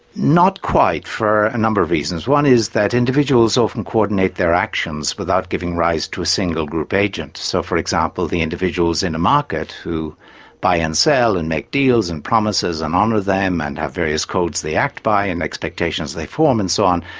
not quite, for a number of reasons. one is that individuals often coordinate their actions without giving rise to a single group agent. so for example the individuals in a market who buy and sell and make deals and promises and honour them and have various codes they act by and expectations they form and so on,